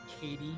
Katie